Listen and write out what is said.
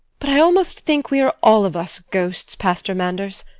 but i almost think we are all of us ghosts, pastor manders.